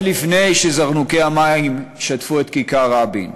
עוד לפני שזרנוקי המים שטפו את כיכר רבין.